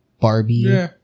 Barbie